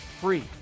free